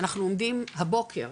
אנחנו עומדים הבוקר,